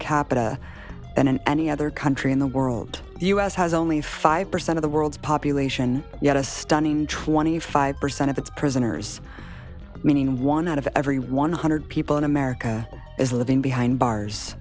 capita than any other country in the world the us has only five percent of the world's population yet a stunning trani five percent of its prisoners meaning one out of every one hundred people in america is living behind bars